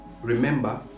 Remember